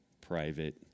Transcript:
Private